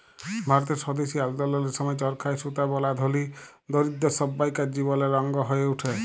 ভারতের স্বদেশী আল্দললের সময় চরখায় সুতা বলা ধলি, দরিদ্দ সব্বাইকার জীবলের অংগ হঁয়ে উঠে